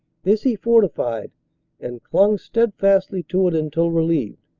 this he fortified and clung steadfastly to it until relieved,